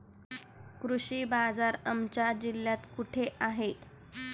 कृषी बाजार आमच्या जिल्ह्यात कुठे आहे?